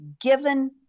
given